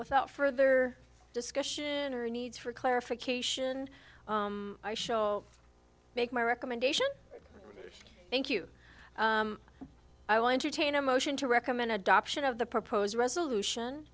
without further discussion or a need for clarification i shall make my recommendation thank you i will entertain a motion to recommend adoption of the proposed resolution